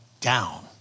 down